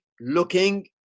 looking